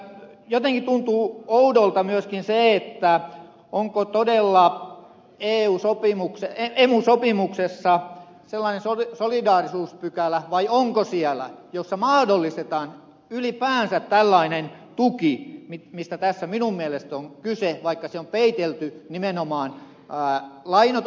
jotenkin tuntuu oudolta myöskin se onko todella emu sopimuksessa sellainen solidaarisuuspykälä jossa mahdollistetaan ylipäänsä tällainen tuki mistä tässä minun mielestäni on kyse vaikka se on peitelty nimenomaan lainoitukseksi